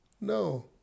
no